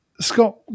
Scott